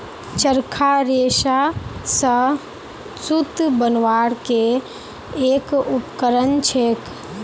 चरखा रेशा स सूत बनवार के एक उपकरण छेक